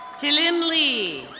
tee lin lee.